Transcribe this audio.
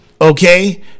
Okay